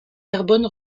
carbone